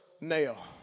nail